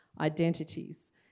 identities